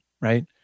right